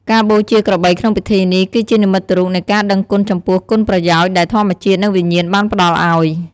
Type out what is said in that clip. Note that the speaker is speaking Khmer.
ការបូជាក្របីក្នុងពិធីនេះ គឺជានិមិត្តរូបនៃការដឹងគុណចំពោះគុណប្រយោជន៍ដែលធម្មជាតិ និងវិញ្ញាណបានផ្តល់ឱ្យ។